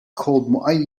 called